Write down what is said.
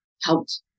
helped